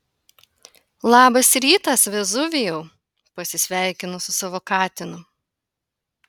labas rytas vezuvijau pasisveikinu su savo katinu